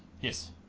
Yes